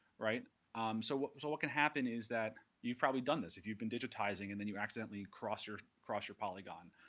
um so what so what can happen is that you've probably done this. if you've been digitizing, and then you accidentally cross your cross your polygon.